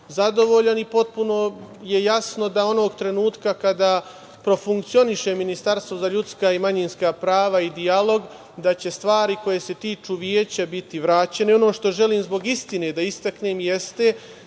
zadovoljan i potpuno je jasno da onog trenutka kada profunkcioniše Ministarstvo za ljudska i manjinska prava i dijalog da će stvari koje se tiču veća biti vraćene. Ono što želim zbog istine da istaknem jeste